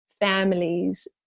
families